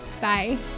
Bye